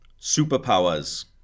Superpowers